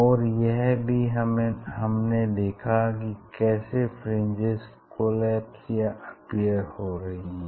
और यह भी हमने देखा कि कैसे फ्रिंजेस कोलैप्स या अपीयर हो रही हैं